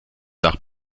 nach